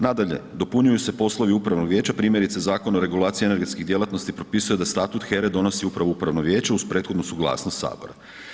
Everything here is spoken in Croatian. Nadalje, dopunjuju se poslovi upravnog vijeća primjerice Zakona o regulaciji energetskih djelatnosti propisuje da statut HERA-e donosi upravo upravno vijeće uz prethodnu suglasnost Sabora.